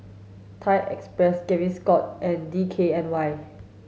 Thai Express Gaviscon and D K N Y